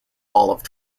olive